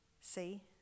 See